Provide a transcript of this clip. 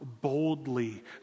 boldly